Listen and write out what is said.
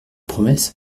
promesse